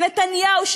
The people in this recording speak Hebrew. זה נתניהו,